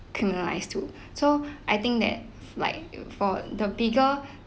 criminalised too so I think that like for the bigger